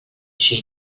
she